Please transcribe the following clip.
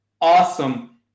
awesome